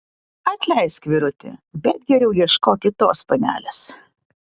atleisk vyruti bet geriau ieškok kitos panelės